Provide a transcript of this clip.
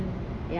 hmm